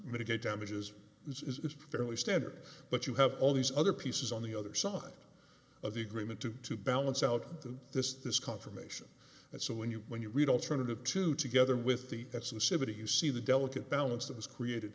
mitigate damages this is fairly standard but you have all these other pieces on the other side of the agreement to to balance out this this confirmation and so when you when you read alternative two together with the that's the city you see the delicate balance that was created